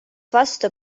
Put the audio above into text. vastu